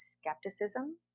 skepticism